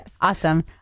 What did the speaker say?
Awesome